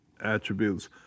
attributes